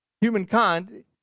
humankind